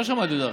לא שמעתי אותך.